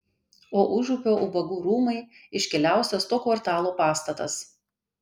o užupio ubagų rūmai iškiliausias to kvartalo pastatas